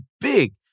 big